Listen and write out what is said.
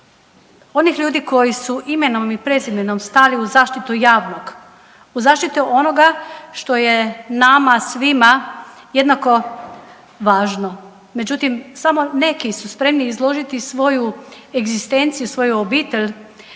onih ljudi koji su imenom i prezimenom stali u zaštitu javnog, u zaštitu onoga što je nama svima jednako važno. Međutim, samo neki su spremni izložiti svoju egzistenciju, svoju obitelj